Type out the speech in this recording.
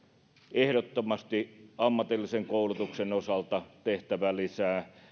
ehdottomasti ammatillisen koulutuksen osalta tehtävä lisää